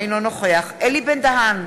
אינו נוכח אלי בן-דהן,